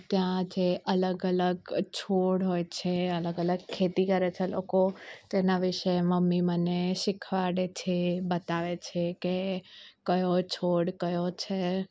ત્યાં જે અલગ અલગ છોડ હોય છે અલગ અલગ ખેતી કરે છે લોકો તેના વિશે મમ્મી મને શીખવાડે છે બતાવે છે કે કયો છોડ કયો છે